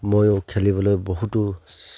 ময়ো খেলিবলৈ বহুতো